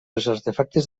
artefactes